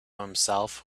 himself